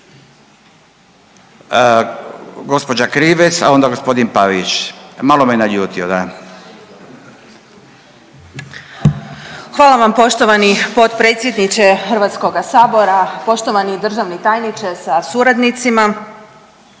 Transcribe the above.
Hvala vam poštovani potpredsjedniče Hrvatskoga sabora. Poštovani državni tajniče sa suradnicima,